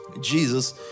Jesus